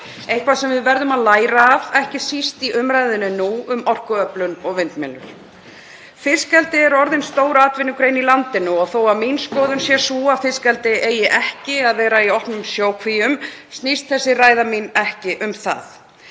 eitthvað sem við verðum að læra af, ekki síst í umræðunni nú um orkuöflun og vindmyllur. Fiskeldi er orðið stór atvinnugrein í landinu og þó að mín skoðun sé sú að fiskeldi eigi ekki að vera í opnum sjókvíum snýst þessi ræða mín ekki um það